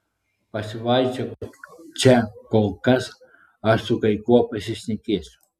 pasivaikščiok čia kol kas aš su kai kuo pasišnekėsiu